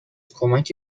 کمک